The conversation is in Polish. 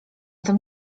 tym